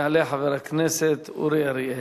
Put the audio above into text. יעלה חבר הכנסת אורי אריאל.